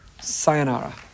sayonara